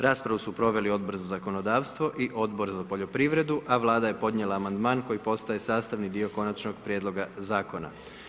Raspravu su proveli Odbor za zakonodavstvo i Odbor za poljoprivredu, a Vlada je podnijela amandman koji postaje sastavni dio konačnog prijedloga zakona.